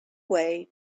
way